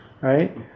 right